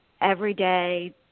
everyday